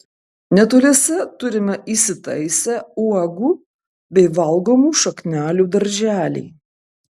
netoliese turime įsitaisę uogų bei valgomų šaknelių darželį